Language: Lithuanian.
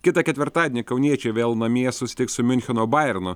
kitą ketvirtadienį kauniečiai vėl namie susitiks su miuncheno bayern